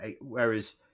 whereas